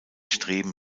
streben